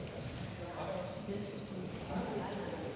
Tak